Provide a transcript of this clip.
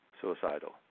suicidal